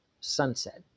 sunset